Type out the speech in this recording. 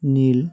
নীল